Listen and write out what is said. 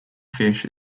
fish